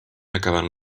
acabant